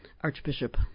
Archbishop